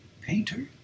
painter